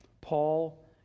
Paul